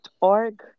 org